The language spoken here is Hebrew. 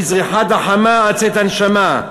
מזריחת החמה עד צאת הנשמה,